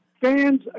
fans